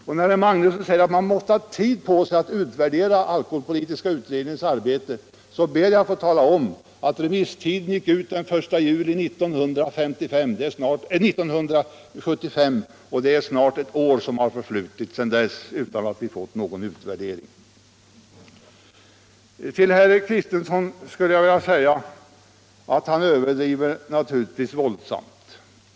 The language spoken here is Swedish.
Och när herr Magnusson säger att man måste ha tid på sig att utvärdera alkoholpolitiska utredningens arbete vill jag erinra om att remisstiden gick ut den 1 juli 1975. Det har alltså förflutit nästan ett år sedan dess, utan att vi har fått någon utvärdering. Till herr Kristenson vill jag sedan säga att han överdriver våldsamt.